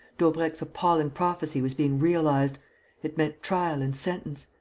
daubrecq's appalling prophecy was being realized it meant trial and sentence.